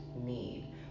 need